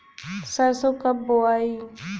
सरसो कब बोआई?